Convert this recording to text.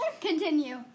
Continue